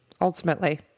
ultimately